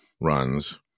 runs